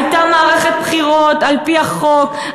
הייתה מערכת בחירות על-פי החוק,